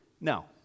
No